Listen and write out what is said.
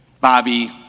Bobby